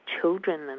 children